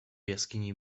jaskini